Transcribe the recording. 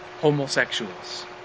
homosexuals